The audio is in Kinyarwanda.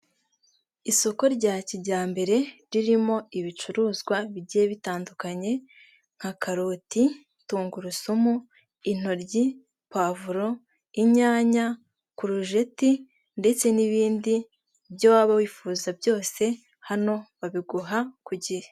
Isoko rya kijyambere ririmo ibicuruzwa bijye bitandukanye nka karoti, tungurusumu, intoryi, puwavuro, inyanya, kurujeti ndetse n'ibindi byo waba wifuza byose hano babiguha ku gihe.